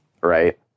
right